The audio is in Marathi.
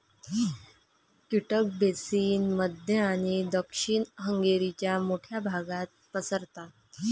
कीटक बेसिन मध्य आणि दक्षिण हंगेरीच्या मोठ्या भागात पसरतात